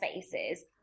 spaces